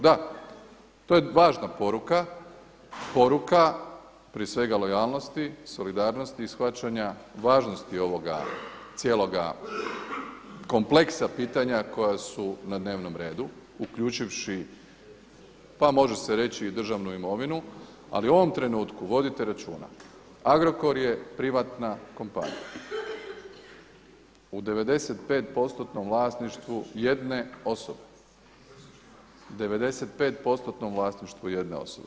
Da, to je važna poruka, poruka prije svega lojalnosti, solidarnosti i shvaćanja važnosti ovoga cijeloga kompleksa pitanja koja su na dnevnom redu uključivši pa može se reći i državnu imovinu, ali u ovom trenutku vodite računa Agrokor je privatna kompanija u 95%-nom vlasništvu jedne osobe.